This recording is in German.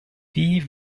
wie